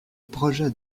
projet